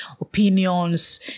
opinions